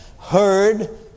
heard